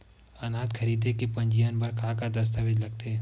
अनाज खरीदे के पंजीयन बर का का दस्तावेज लगथे?